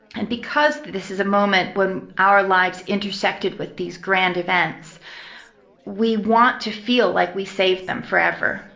and because this is a moment when our lives intersected with these grand events we want to feel like we saved them forever,